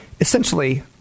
essentially